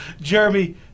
Jeremy